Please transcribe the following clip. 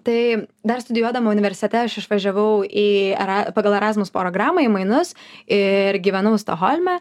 tai dar studijuodama universitete aš išvažiavau į era pagal erasmus programą į mainus ir gyvenau stokholme